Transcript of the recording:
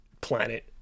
planet